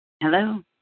Hello